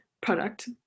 product